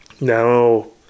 No